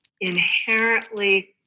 inherently